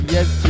Yes